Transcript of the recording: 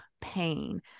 pain